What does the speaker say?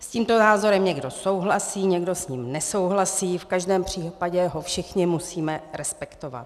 S tímto názorem někdo souhlasí, někdo s ním nesouhlasí, v každém případě ho všichni musíme respektovat.